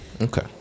okay